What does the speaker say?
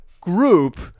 group